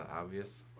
obvious